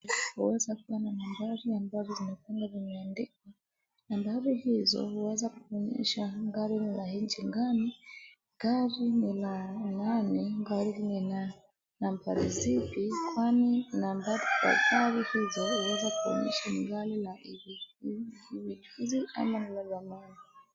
Tunaweza kuona magari ambazo zimekuwa zimeandikwa. Nambari hizo huweza kuonyesha gari ni la nchi gani, gari ni la nani, gari lina nambari zipi. Kwani nambari za gari hizo huweza kuonyesha gari ni la hivi hivi ama ni la zamani.